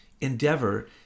endeavor